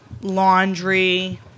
laundry